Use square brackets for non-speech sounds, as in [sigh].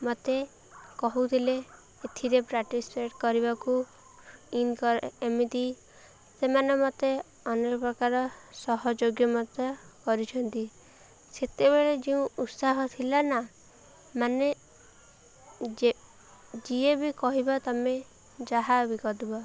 ମତେ କହୁଥିଲେ ଏଥିରେ ପ୍ରାଟିକ୍ସପେଟ୍ କରିବାକୁ [unintelligible] ଏମିତି ସେମାନେ ମତେ ଅନେକ ପ୍ରକାର ସହଯୋଗ୍ୟ ମଧ୍ୟ କରିଛନ୍ତି ସେତେବେଳେ ଯେଉଁ ଉତ୍ସାହ ଥିଲା ନା ମାନେ ଯେ ଯିଏବି କହିବ ତମେ ଯାହା ବି କରିବ